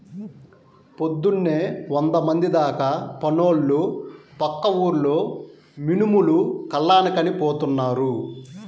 పొద్దున్నే వందమంది దాకా పనోళ్ళు పక్క ఊర్లో మినుములు కల్లానికని పోతున్నారు